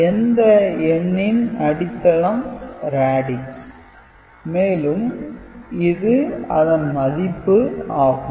எந்த எண்ணின் அடித்தளம் ரேடிக்ஸ் மேலும் இது அதன் மதிப்பு ஆகும்